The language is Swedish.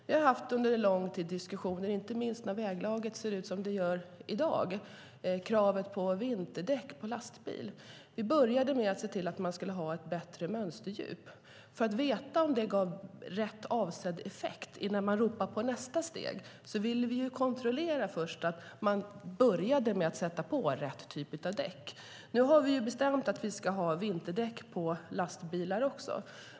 Vi har under lång tid fört diskussioner, inte minst när väglaget ser ut som det gör i dag, om kravet på vinterdäck på lastbil. Vi började med att se till att man skulle ha ett bättre mönsterdjup. För att veta om det gav avsedd effekt innan vi ropar på nästa steg ville vi först kontrollera att man började med att sätta på rätt typ av däck. Nu har vi bestämt att vi ska ha vinterdäck på lastbilar också.